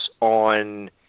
on